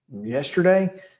yesterday